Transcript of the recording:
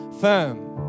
firm